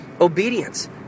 obedience